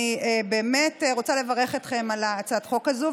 אני באמת רוצה לברך אתכם על הצעת חוק הזאת.